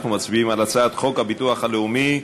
אנחנו מצביעים על הצעת חוק הביטוח הלאומי (תיקון,